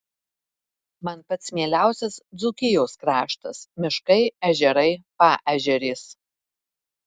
man pats mieliausias dzūkijos kraštas miškai ežerai paežerės